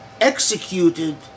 executed